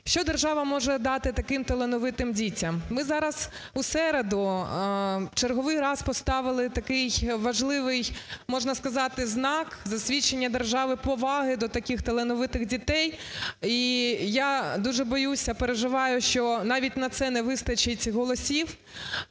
Що держава може дати таким талановитим дітям? Ми зараз, в середу, в черговий раз поставили такий важливий, можна сказати, знак, засвідчення держави поваги до таких талановитих дітей. І я дуже боюся, переживаю, що навіть на це не вистачить голосів.